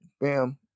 Bam